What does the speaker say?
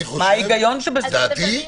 מה ההיגיון בזה?